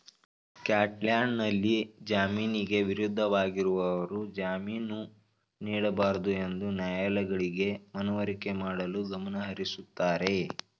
ಸ್ಕಾಟ್ಲ್ಯಾಂಡ್ನಲ್ಲಿ ಜಾಮೀನಿಗೆ ವಿರುದ್ಧವಾಗಿರುವವರು ಜಾಮೀನು ನೀಡಬಾರದುಎಂದು ನ್ಯಾಯಾಲಯಗಳಿಗೆ ಮನವರಿಕೆ ಮಾಡಲು ಗಮನಹರಿಸುತ್ತಾರೆ